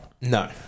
No